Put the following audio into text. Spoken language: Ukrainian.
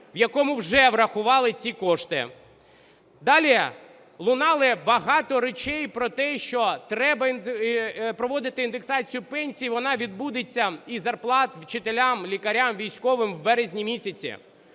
в якому вже врахували ці кошти. Далі. Лунало багато речей про те, що треба проводити індексацію пенсій, вона відбудеться, і зарплат вчителям, лікарям, військовим, в березні місяці.